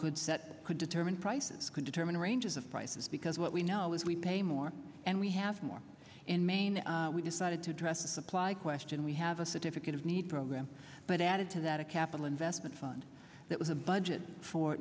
ld set could determine prices could determine ranges of prices because what we know is we pay more and we have more in maine we decided to address the supply question we have a certificate of need program but added to that a capital investment fund that was a budget for